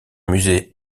musée